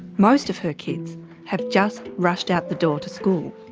most of her kids have just rushed out the door to school.